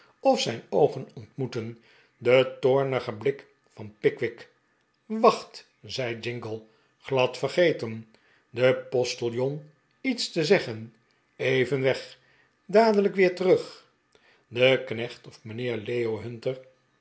of zijn oogen ontmoetten den toornigen blik van pickwick waeht zei jingle glad vergeten den postiljon iets zeggen even weg dadelijk weer terug de knecht of mijnheer leo hunter